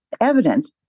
evident